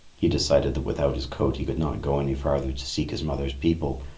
he decided that without his coat he could not go any farther to seek his mother's people,